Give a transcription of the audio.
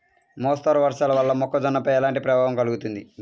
మోస్తరు వర్షాలు వల్ల మొక్కజొన్నపై ఎలాంటి ప్రభావం కలుగుతుంది?